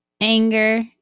anger